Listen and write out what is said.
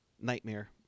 nightmare